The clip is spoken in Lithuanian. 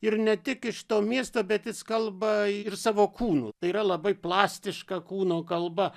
ir ne tik iš to miesto bet jis kalba ir savo kūnu tai yra labai plastiška kūno kalba